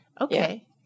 Okay